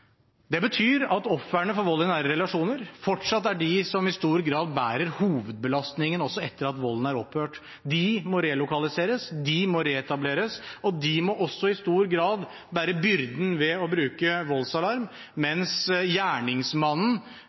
Det betyr at ofrene for vold i nære relasjoner fortsatt er de som i stor grad bærer hovedbelastningen også etter at volden er opphørt. De må relokaliseres, de må reetableres, og de må også i stor grad bære byrden ved å bruke voldsalarm, mens gjerningsmannen